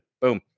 Boom